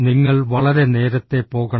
നിങ്ങൾ വളരെ നേരത്തെ പോകണം